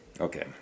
okay